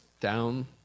down